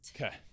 Okay